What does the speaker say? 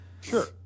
sure